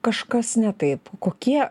kažkas ne taip kokie